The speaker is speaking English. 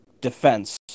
defense